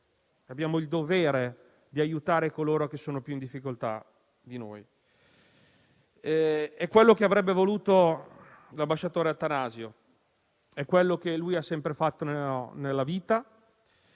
abbiamo il dovere di aiutare coloro che sono più in difficoltà di noi. Questo è quello che avrebbe voluto l'ambasciatore Attanasio e ciò che ha sempre fatto e portato